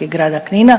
i grada Knina.